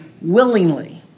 willingly